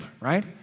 right